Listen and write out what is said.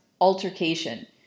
altercation